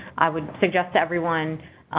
i would suggest to everyone,